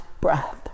breath